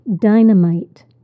dynamite